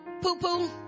poo-poo